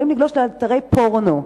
יכולים לגלוש לאתרי פורנו,